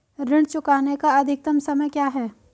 ऋण चुकाने का अधिकतम समय क्या है?